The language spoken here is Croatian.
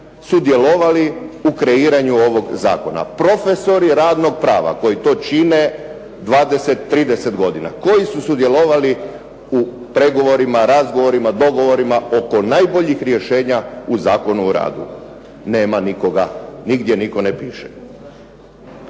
sudjelovali u kreiranju ovog zakona. Profesori radnog prava koji to čine 20, 30 godina, koji su sudjelovali u pregovorima, razgovorima, dogovorima oko najboljih rješenja u Zakonu o radu. Nema nikoga, nigdje nitko ne piše.